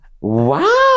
Wow